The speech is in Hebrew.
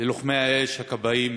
ללוחמי האש, לכבאים,